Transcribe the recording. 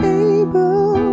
able